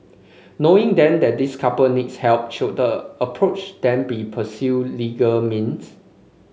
knowing then that this couple needs help should approach then be pursue legal means